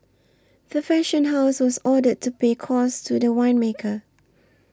the fashion house was ordered to pay costs to the winemaker